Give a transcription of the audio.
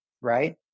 right